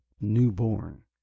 newborn